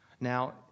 Now